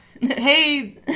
Hey